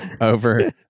over